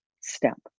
step